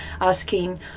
asking